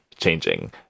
changing